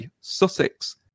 Sussex